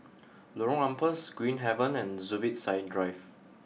Lorong Ampas Green Haven and Zubir Said Drive